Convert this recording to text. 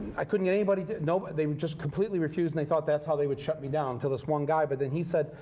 i couldn't get anybody. you know they just completely refused, and they thought that's how they would shut me down until this one guy. but and he said,